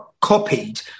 copied